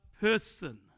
person